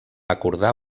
acordar